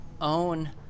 own